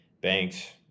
banks